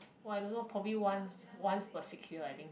!wah! I don't know probably once once per six year I think